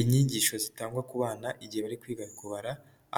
Inyigisho zitangwa ku bana igihe bari kwiga kubara